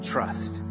trust